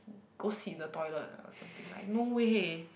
go sit in the toilet or something like no way